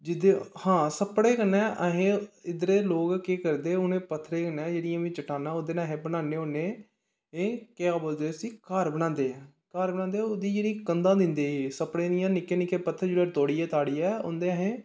जेह्दे हां सप्पड़ें कन्नै असें इद्धरै दे लोग केह् करदे उ'नें पत्थरें कन्नै जेह्ड़ियां बी चटानां ओह्दे नै अस बनान्ने होन्ने केह् बोलदे उसी घर बनांदे ऐं घर बनांदे ओह्दी जेह्ड़ी कंधां दिंदे सप्पड़ें दियां निक्के निक्के पत्थर जिल्लै तोड़ी ताड़ियै